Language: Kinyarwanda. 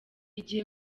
igihe